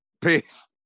Peace